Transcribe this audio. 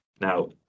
now